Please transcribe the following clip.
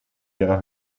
ihrer